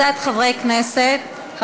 הצעות לסדר-היום מס' 3574,